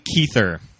Keither